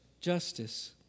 justice